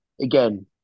again